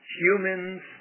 humans